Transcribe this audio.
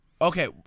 Okay